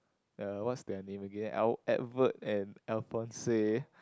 uh what's their name again Al~ Edward and Alphonse